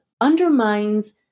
undermines